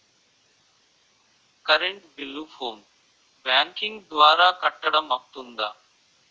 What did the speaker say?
Current bill phone banking ద్వారా కట్టడం అవ్తుందా?